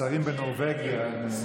השרים בנורבגיה נהנים.